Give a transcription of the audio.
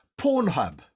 Pornhub